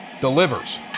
delivers